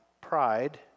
pride